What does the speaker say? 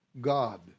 God